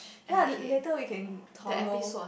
ye later we can toggle